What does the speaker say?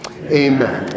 Amen